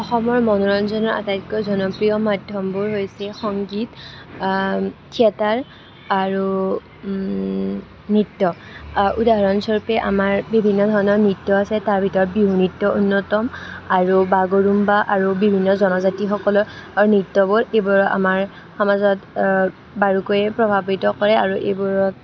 অসমৰ মনোৰঞ্জনৰ আটাইতকৈ জনপ্ৰিয় মাধ্যমবোৰ হৈছে সংগীত থিয়েটাৰ আৰু নৃত্য উদাহৰণস্বৰূপে আমাৰ বিভিন্ন ধৰণৰ নৃত্য় আছে তাৰ ভিতৰত বিহু নৃত্য অন্যতম আৰু বাগৰুম্বা আৰু বিভিন্ন জনজাতিসকলৰ নৃত্যবোৰ এইবোৰে আমাৰ সমাজক বাৰুকৈয়ে প্ৰভাৱিত কৰে আৰু এইবোৰক